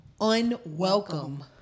unwelcome